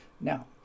Now